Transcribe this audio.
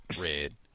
Red